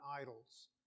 idols